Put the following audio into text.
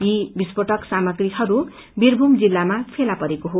यी विस्फोटक सामाग्रीहरू बीरभूम जिल्लाबाट फेला परेको हो